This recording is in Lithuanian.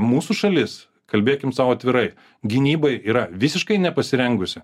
mūsų šalis kalbėkim sau atvirai gynybai yra visiškai nepasirengusi